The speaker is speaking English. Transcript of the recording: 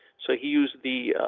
so he used the.